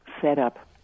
setup